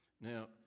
Now